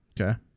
Okay